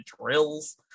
drills